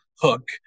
hook